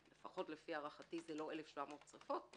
לפחות לפי הערכתי, זה לא 1,700 שריפות.